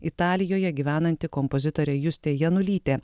italijoje gyvenanti kompozitorė justė janulytė